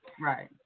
Right